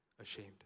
ashamed